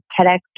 TEDx